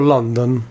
London